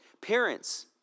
Parents